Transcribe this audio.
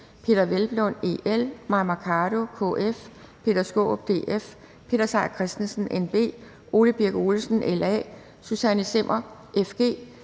Peder Hvelplund (EL), Mai Mercado (KF), Peter Skaarup (DF), Peter Seier Christensen (NB), Ole Birk Olesen (LA), Susanne Zimmer (FG),